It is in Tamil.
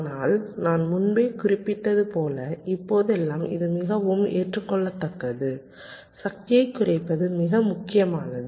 ஆனால் நான் முன்பே குறிப்பிட்டது போல இப்போதெல்லாம் இது மிகவும் ஏற்றுக்கொள்ளத்தக்கது சக்தியை குறைப்பது மிக முக்கியமானது